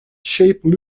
shaped